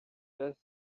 desk